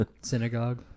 Synagogue